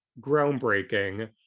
groundbreaking